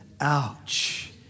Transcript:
ouch